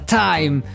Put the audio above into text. time